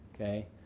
okay